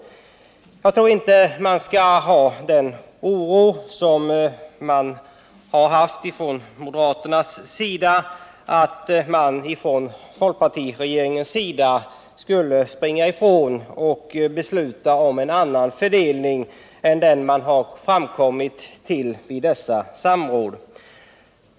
Jag tror inte man behöver hysa den oro, som man har känt på moderat håll, för att folkpartiregeringen skulle springa ifrån vad som har överenskommits vid dessa samråd och besluta om en annan fördelning.